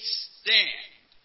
stand